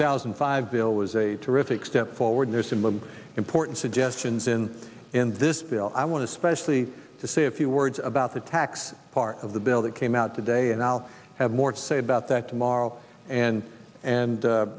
and five bill was a terrific step forward there's an important suggestions in in this bill i want to specially to say a few words about the tax part of the bill that came out today and i'll have more to say about that tomorrow and and